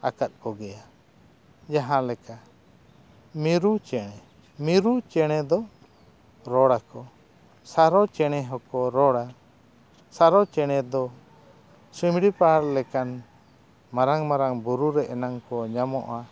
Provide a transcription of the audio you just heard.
ᱟᱠᱟᱫ ᱠᱚᱜᱮᱭᱟ ᱡᱟᱦᱟᱸ ᱞᱮᱠᱟ ᱢᱤᱨᱩ ᱪᱮᱬᱮ ᱢᱤᱨᱩ ᱪᱮᱬᱮ ᱫᱚ ᱨᱚᱲ ᱟᱠᱚ ᱥᱟᱨᱚ ᱪᱮᱬᱮ ᱦᱚᱸᱠᱚ ᱨᱚᱲᱟ ᱥᱟᱨᱚ ᱪᱮᱬᱮ ᱫᱚ ᱥᱤᱢᱞᱤ ᱯᱟᱨᱠ ᱞᱮᱠᱟᱱ ᱢᱟᱨᱟᱝᱼᱢᱟᱨᱟᱝ ᱵᱩᱨᱩ ᱨᱮ ᱮᱱᱟᱝ ᱠᱚ ᱧᱟᱢᱚᱜᱼᱟ